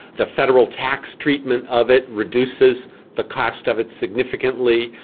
the federal tax treatment of it reduces the cost of it significantly.